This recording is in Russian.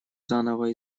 заново